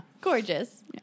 Gorgeous